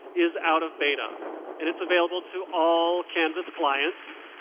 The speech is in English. is out of beta and it's available to all canvass clients